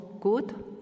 good